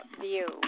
view